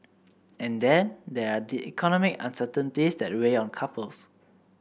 and then there are economic uncertainties that weigh on couples